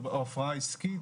או הפרעה עסקית,